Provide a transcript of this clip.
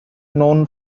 known